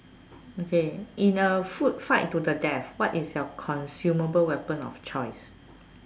okay in a food fight to the death what is your consumable weapon of choice